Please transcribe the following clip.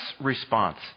response